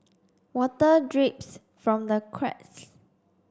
water drips from the cracks